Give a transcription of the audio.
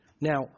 Now